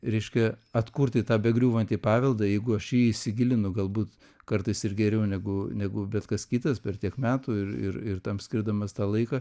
reiškia atkurti tą begriūvantį paveldą jeigu aš į jį įsigilinu galbūt kartais ir geriau negu negu bet kas kitas per tiek metų ir ir ir tam skirdamas tą laiką